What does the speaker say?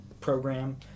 program